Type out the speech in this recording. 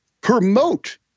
Promote